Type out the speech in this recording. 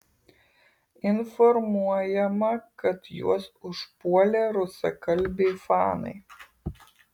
informuojama kad juos užpuolė rusakalbiai fanai